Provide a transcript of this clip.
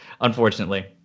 unfortunately